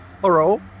hello